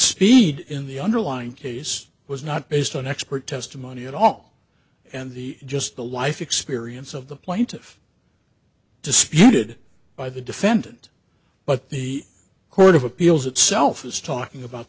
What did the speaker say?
speed in the underlying case was not based on expert testimony at all and the just the life experience of the plaintiff disputed by the defendant but the court of appeals itself is talking about